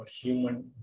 human